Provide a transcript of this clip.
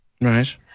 Right